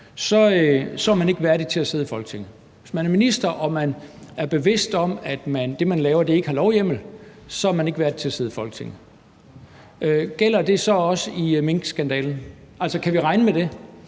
så er man ikke værdig til at sidde i Folketinget. Hvis man er minister og er bevidst om, at det, man laver, ikke har lovhjemmel, så er man ikke værdig til at sidde i Folketinget. Gælder det så også i minkskandalen, altså kan vi regne med det,